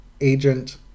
agent